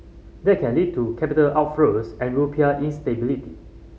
that can lead to capital outflows and rupiah instability